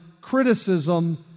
criticism